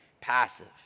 passive